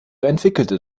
entwickelte